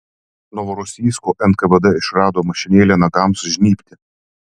novorosijsko nkvd išrado mašinėlę nagams žnybti